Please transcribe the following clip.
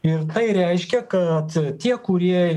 ir tai reiškia kad tie kurie